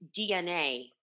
DNA